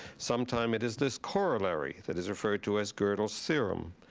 sometime it is this corollary that is referred to as godel's theorem.